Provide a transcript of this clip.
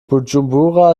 bujumbura